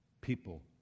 people